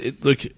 look